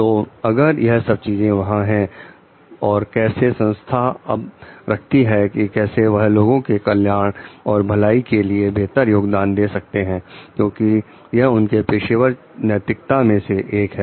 तो अगर यह सब चीजें वहां है और कैसे संस्था अब रखती है कि कैसे वह लोगों के कल्याण एवं भलाई के लिए बेहतर योगदान दे सकते हैं क्योंकि यह उनके पेशेवर नैतिकता में से एक है